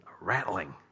rattling